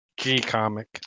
G-comic